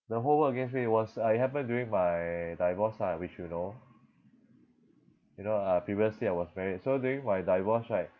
the whole world against me was uh it happened during my divorce lah which you know you know uh previously I was married so during my divorce right